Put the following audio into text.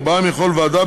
ארבעה מכל ועדה,